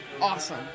awesome